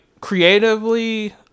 creatively